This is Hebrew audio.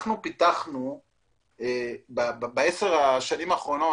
פיתחנו בעשר השנים האחרונות,